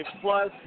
plus